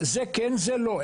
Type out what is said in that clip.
אומרות: זה כן, זה לא.